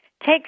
take